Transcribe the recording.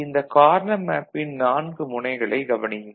இந்த கார்னா மேப்பின் 4 முனைகளைக் கவனியுங்கள்